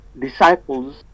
disciples